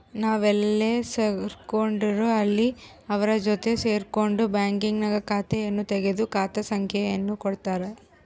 ನಾವೆಲ್ಲೇ ಸೇರ್ಕೊಂಡ್ರು ಅಲ್ಲಿ ಅವರ ಜೊತೆ ಸೇರ್ಕೊಂಡು ಬ್ಯಾಂಕ್ನಾಗ ಖಾತೆಯನ್ನು ತೆಗೆದು ಖಾತೆ ಸಂಖ್ಯೆಯನ್ನು ಕೊಡುತ್ತಾರೆ